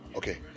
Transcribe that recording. Okay